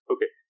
Okay